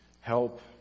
help